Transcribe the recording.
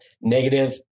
Negative